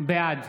בעד